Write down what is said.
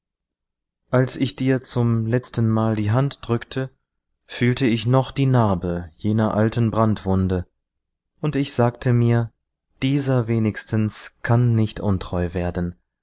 als ich dir zum letzten mal die hand drückte fühlte ich noch die narbe jener alten brandwunde und ich sagte mir dieser wenigstens kann nicht untreu werden